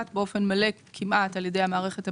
מתבצעת באופן מגוון ובטח לא על ידי מקורות